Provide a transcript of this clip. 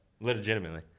legitimately